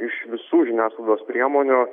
iš visų žiniasklaidos priemonių